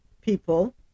people